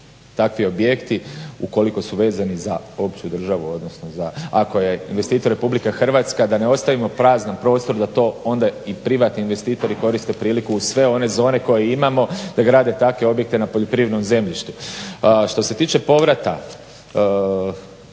takvi objekti ukoliko su vezani za opću državu, odnosno za, ako je investitor Republika Hrvatska da ne ostavimo prazan prostor da to onda i privatni investitori koriste priliku uz sve one zone koje imamo da grade takve objekte na poljoprivrednom zemljištu. Što se tiče povrata